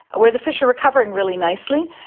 where the fish are recovering really nicely,